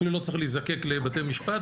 אפילו לא צריך להזדקק לבתי משפט,